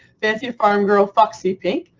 fancy farm girl foxy pink.